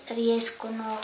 riescono